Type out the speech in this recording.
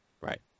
Right